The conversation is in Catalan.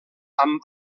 amb